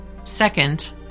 Second